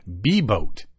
B-boat